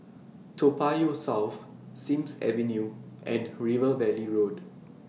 Toa Payoh South Sims Avenue and River Valley Road